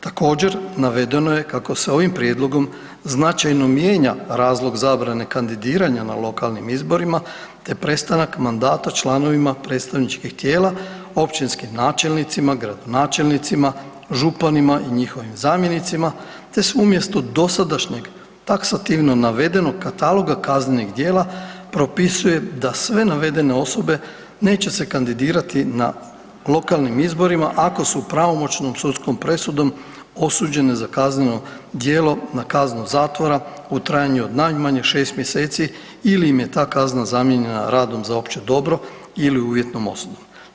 Također navedeno je kako se ovim prijedlogom značajno mijenja razlog zabrane kandidiranja na lokalnim izborima, te prestanak mandata članovima predstavničkih tijela, općinskim načelnicima, gradonačelnicima, županima i njihovim zamjenicima, te se umjesto dosadašnjeg taksativno navedenog kataloga kaznenih djela propisuje da sve navedene osobe neće se kandidirati na lokalnim izborima ako su pravomoćnom sudskom presudom osuđene za kazneno djelo na kaznu zatvora u trajanju od najmanje 6 mjeseci ili im je ta kazna zamijenjena radom za opće dobro ili uvjetom osudom.